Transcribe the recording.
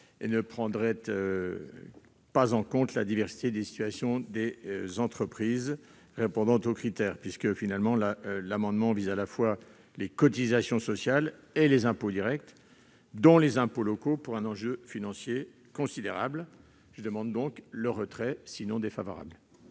et ne prendrait pas en compte la diversité des situations des entreprises répondant aux critères. En effet, l'amendement vise à la fois les cotisations sociales et les impôts directs, dont des impôts locaux, pour un enjeu financier considérable. Quel est l'avis du Gouvernement